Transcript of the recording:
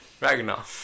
Ragnar